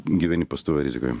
gyveni pastovoj rizikoj